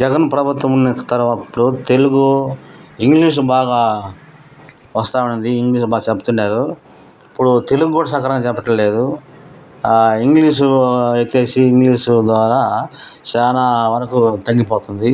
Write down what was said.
జగన్ ప్రభుత్వం ఉన్నప్పుడు తెలుగు ఇంగ్లీషు బాగా వస్తూ ఉండింది ఇంగ్లీష్ బాగా చెప్తున్నారు ఇప్పుడు తెలుగు కూడా సక్రమంగా చెప్పటం లేదు ఇంగ్లీషు ఎత్తేసి ఇంగ్లీషు ద్వారా చాలా వరకు తగ్గిపోతుంది